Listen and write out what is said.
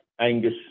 angus